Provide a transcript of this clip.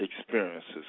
experiences